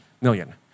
million